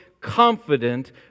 Confident